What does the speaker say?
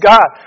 God